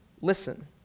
listen